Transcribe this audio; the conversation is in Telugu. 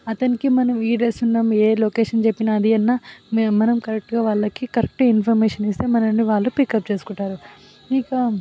అతనికి మనం ఈ డ్రెస్ ఉన్నాము ఏ లొకేషన్ చెప్పిన అదీ అన్న మేము మనం కరెక్ట్గా వాళ్ళకి కరెక్ట్ ఇన్ఫర్మేషన్ ఇస్తే మనలని వాళ్ళు పికప్ చేసుకుంటారు నీకా